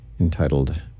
entitled